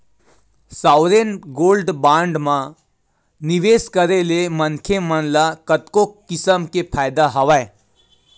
sovereign gold bond म निवेस करे ले मनखे मन ल कतको किसम के फायदा हवय